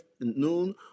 noon